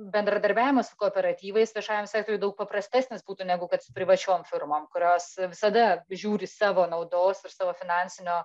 bendradarbiavimas su kooperatyvais viešajam sektoriui daug paprastesnis būtų negu kad s privačiom firmom kurios visada žiūri savo naudos ir savo finansinio